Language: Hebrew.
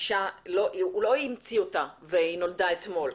הוא לא המציא אותה והיא לא נולדה אתמול.